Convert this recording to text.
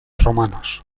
romanos